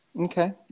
Okay